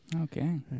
Okay